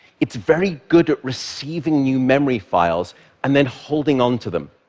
it's very good at receiving new memory files and then holding on to them.